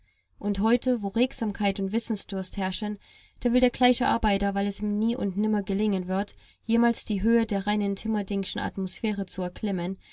und heute wo regsamkeit und wissensdurst herrschen da will der gleiche arbeiter weil es ihm nie und nimmer gelingen wird jemals die höhe der reinen timerdingschen atmosphäre zu erklimmen